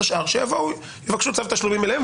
השאר שיבואו ויבקשו צו תשלומים אליהם,